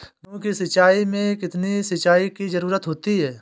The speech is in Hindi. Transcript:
गेहूँ की फसल में कितनी सिंचाई की जरूरत होती है?